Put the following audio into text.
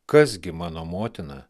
kas gi mano motina